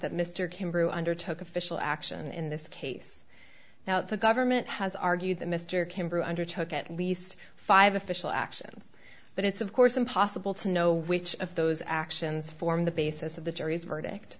that mr kim breaux under took official action in this case now the government has argued that mr camber under took at least five official actions but it's of course impossible to know which of those actions form the basis of the jury's verdict